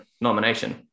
nomination